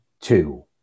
two